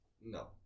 No